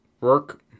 Work